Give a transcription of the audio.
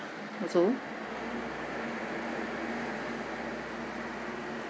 also